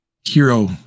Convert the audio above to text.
hero